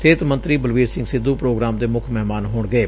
ਸਿਹਤ ਮੰਤਰੀ ਬਲਬੀਰ ਸਿੰਘ ਸਿੱਧੁ ਪ੍ਰੋਗਰਾਮ ਦੇ ਮੁੱਖ ਮਹਿਮਾਨ ਹੋਣਗੇ